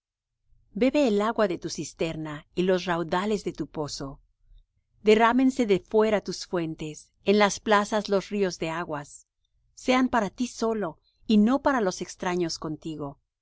bebe el agua de tu cisterna y los raudales de tu pozo derrámense por de fuera tus fuentes en las plazas los ríos de aguas sean para ti solo y no para los extraños contigo